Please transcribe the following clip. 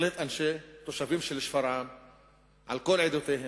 תושבים של שפרעם על כל עדותיהם,